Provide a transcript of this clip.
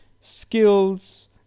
skills